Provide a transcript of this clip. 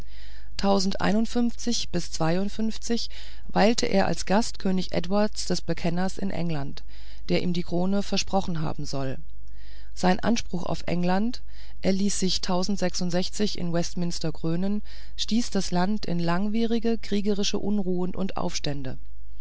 weilte er als gast könig eduards des bekenners in england der ihm die krone versprochen haben soll sein anspruch auf england er ließ sich sechsundsechzig in westminster krönen stieß das land in langwierige kriegerische unruhen und aufstände